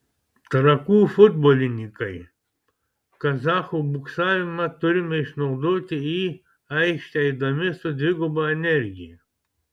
trakų futbolininkai kazachų buksavimą turime išnaudoti į aikštę eidami su dviguba energija